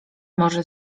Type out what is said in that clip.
może